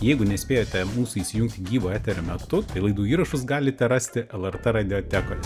jeigu nespėjote mūsų įsijungti gyvo eterio metu tai laidų įrašus galite rasti lrt radiotekoj